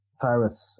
Tyrus